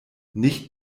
nicht